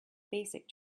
basic